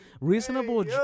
Reasonable